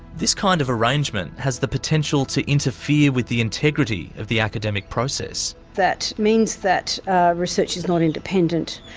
this kind of arrangement has the potential to interfere with the integrity of the academic process. that means that research is not independent.